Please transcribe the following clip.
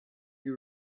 you